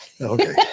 Okay